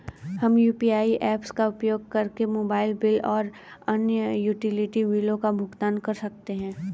हम UPI apps का उपयोग करके मोबाइल बिल और अन्य यूटिलिटी बिलों का भुगतान कर सकते हैं